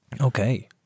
Okay